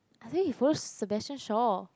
I think he forwards the message shaw